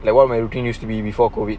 like what my routine used to be before COVID